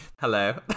Hello